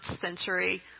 century